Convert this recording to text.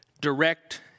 direct